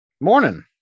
morning